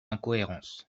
incohérences